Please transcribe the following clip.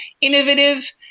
innovative